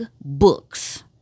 books